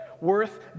Worth